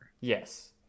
Yes